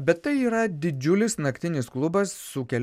bet tai yra didžiulis naktinis klubas su keliom scenom